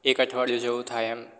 એક અઠવાડિયું જેવુ થાય એમ